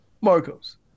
Marcos